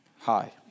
Hi